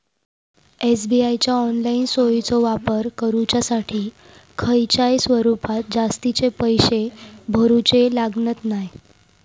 SBI च्या online सोयीचो वापर करुच्यासाठी खयच्याय स्वरूपात जास्तीचे पैशे भरूचे लागणत नाय